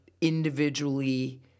individually